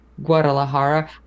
Guadalajara